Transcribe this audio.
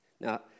Now